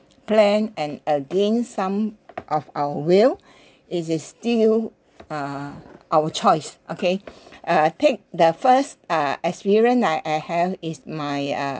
plan and again some of our will it is still uh our choice okay uh pick the first uh experience I had have is my uh